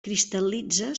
cristal·litza